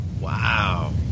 wow